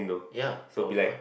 ya